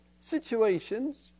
situations